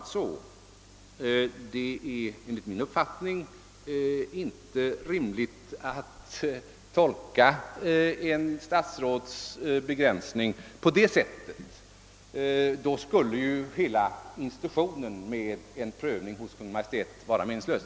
Det är emellertid enligt min uppfattning inte rimligt att tolka ett enskilt statsråds begränsning på detta sätt. I så fall skulle ju hela institutet med prövning hos Kungl. Maj:t vara meningslös.